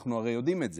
אנחנו הרי יודעים את זה,